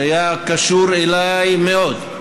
שהיה קשור אליי מאוד,